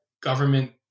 government